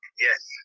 Yes